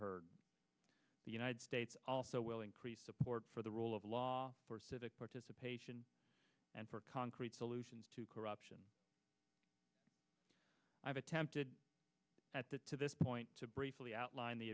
heard the united states also will increase support for the rule of law for civic participation and for concrete solutions to corruption i've attempted at that to this point to briefly outline the